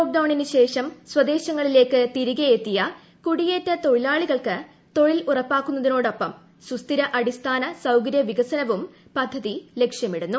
ലോക്ഡൌണിന് ശേഷം സ്വദേശങ്ങളിലേക്ക് തീരികെ എത്തിയ കുടിയേറ്റ തൊഴിലാളികൾക്ക് തൊഴിൽ ഉറപ്പാക്കുന്നതിനോടൊപ്പം സുസ്ഥിര അടിസ്ഥാന സൌകര്യ വികസനവുട്ട് പിച്ചതി ലക്ഷ്യമിടുന്നു